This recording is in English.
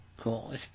cool